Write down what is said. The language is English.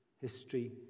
history